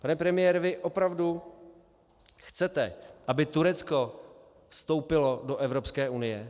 Pane premiére, vy opravdu chcete, aby Turecko vstoupilo do Evropské unie?